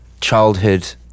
childhood